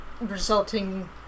resulting